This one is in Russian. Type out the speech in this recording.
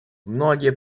многие